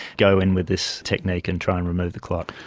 go in with this technique and try and remove the clot.